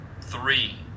Three